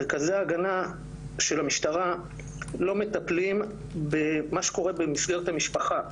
מרכזי ההגנה של המשטרה לא מטפלים במה שקורה במסגרת המשפחה,